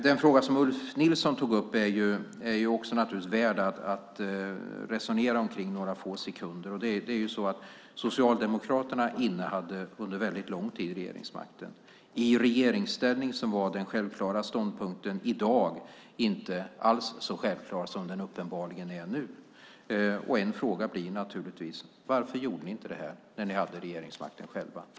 Den fråga som Ulf Nilsson tog upp är naturligtvis också värd att resonera om några få sekunder. Socialdemokraterna innehade regeringsmakten under väldigt lång tid. När de var i regeringsställning var den ståndpunkt som i dag uppenbarligen är så självklar inte alls så självklar. En fråga blir naturligtvis: Varför gjorde ni inte det här när ni själva hade regeringsmakten?